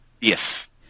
Yes